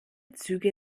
züge